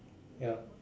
ya